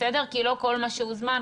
כי לא כל מה שהוזמן,